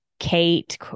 Kate